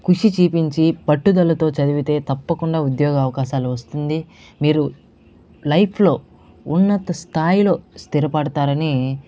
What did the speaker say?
కృషి చూపించి పట్టుదలతో చదివితే తప్పకుండా ఉద్యోగ అవకాశాలు వస్తుంది మీరు లైఫ్ లో ఉన్నత స్థాయిలో స్థిరపడతారని